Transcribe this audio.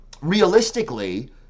realistically